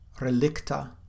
relicta